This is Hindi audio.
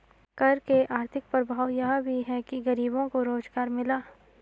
कर के आर्थिक प्रभाव यह भी है कि गरीबों को रोजगार मिला